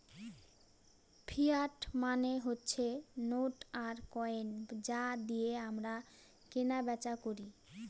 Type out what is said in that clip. fiat মানে হচ্ছে note আর কয়েন যা দিয়ে আমরা কেনা বেচা করি